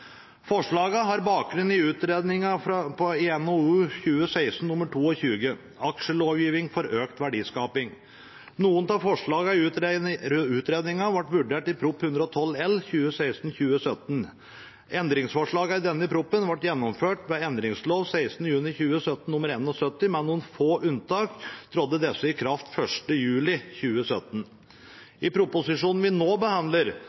har bakgrunn i utredningen NOU 2016: 22, Aksjelovgivning for økt verdiskaping. Noen av forslagene i utredningen ble vurdert i Prop. 112 L for 2016–2017. Endringsforslagene i denne proposisjonen ble gjennomført ved endringslov 16. juni 2017 nr. 71. Med noen få unntak trådte disse i kraft 1. juli 2017. I proposisjonen vi nå behandler,